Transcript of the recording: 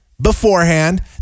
beforehand